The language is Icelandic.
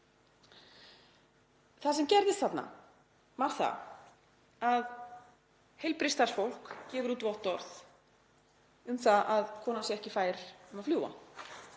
Það sem gerðist þarna var það að heilbrigðisstarfsfólk gefur út vottorð um það að konan sé ekki fær um að fljúga.